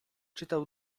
czytał